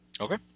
Okay